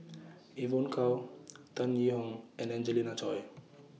Evon Kow Tan Yee Hong and Angelina Choy